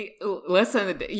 Listen